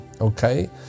okay